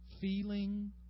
feeling